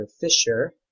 Fisher